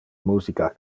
musica